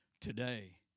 today